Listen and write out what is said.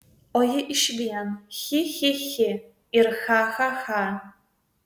o ji iš vien chi chi chi ir cha cha cha